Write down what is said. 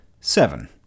seven